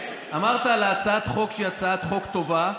אמרת על הצעת החוק שהיא הצעת חוק טובה,